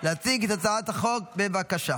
לצורך הכנתה לקריאה הראשונה.